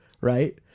Right